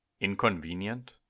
Inconvenient